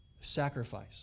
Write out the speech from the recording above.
sacrifice